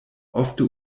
ofte